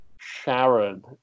Sharon